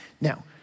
Now